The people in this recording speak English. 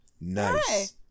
nice